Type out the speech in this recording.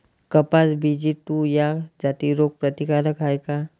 कपास BG two ह्या जाती रोग प्रतिकारक हाये का?